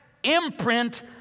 Imprint